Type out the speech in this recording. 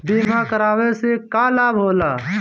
बीमा करावे से का लाभ होला?